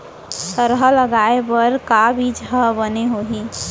थरहा लगाए बर का बीज हा बने होही?